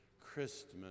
Christmas